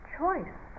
choice